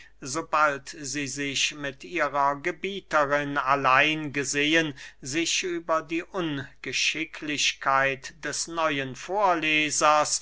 sobald sie sich mit ihrer gebieterin allein gesehen sich über die ungeschicklichkeit des neuen vorlesers